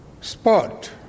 Sport